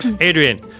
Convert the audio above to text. Adrian